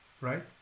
right